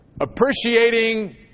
Appreciating